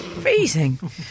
Freezing